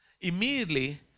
immediately